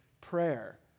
Prayer